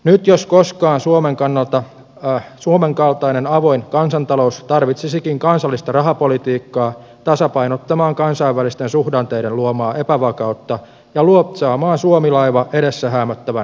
nyt jos koskaan suomen kaltainen avoin kansantalous tarvitsisikin kansallista rahapolitiikkaa tasapainottamaan kansainvälisten suhdanteiden luomaa epävakautta ja luotsaamaan suomi laiva edessä häämöttävän jäävuoren ohi